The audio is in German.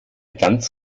ganz